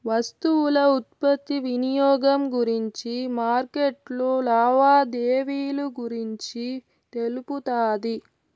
వస్తువుల ఉత్పత్తి వినియోగం గురించి మార్కెట్లో లావాదేవీలు గురించి తెలుపుతాది